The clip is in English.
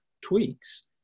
tweaks